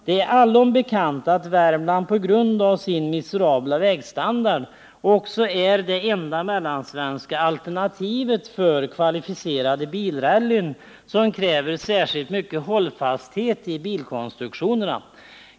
Det är allom bekant att Värmland på grund av sin miserabla vägstandard också är det enda mellansvenska alternativet för de kvalificerade bilrallyn som kräver särskilt mycket hållfasthet i bilkonstruktionerna.